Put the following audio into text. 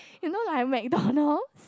you know like MacDonalds